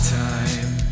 time